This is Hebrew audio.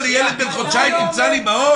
לילד בן חודשיים שמבקשת: תמצא לי מעון.